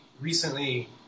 recently